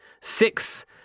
six